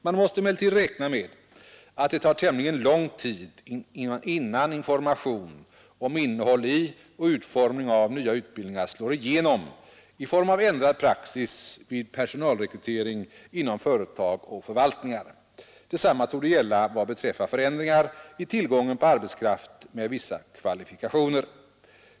Man måste emellertid räkna med att det tar tämligen lång tid innan information om innehåll i och utformning av nya utbildningar slår igenom i form av ändrad praxis vid personalrekrytering inom företag och förvaltningar. Detsamma torde gälla vad beträffar förändringar i tillgången på arbetskraft med vissa kvalifikationer.